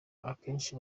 akenshi